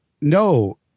No